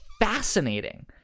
fascinating